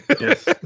Yes